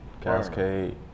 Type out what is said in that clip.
cascade